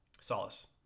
Solace